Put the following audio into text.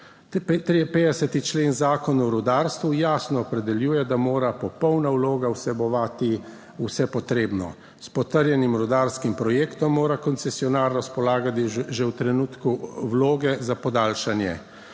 53.(?) člen Zakona o rudarstvu jasno opredeljuje, da mora popolna vloga vsebovati vse potrebno. S potrjenim rudarskim projektom mora koncesionar razpolagati že v trenutku vloge za podaljšanje.